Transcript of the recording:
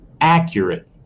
accurate